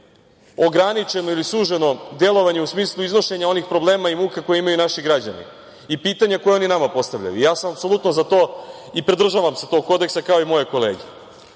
ograničeno ili suženo delovanje u smislu iznošenja onih problema i muka koji imaju naši građani i pitanja koji oni nama postavljaju, ja sam za to i pridržavam se tog kodeksa, kao i moje kolege. Ali,